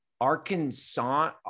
arkansas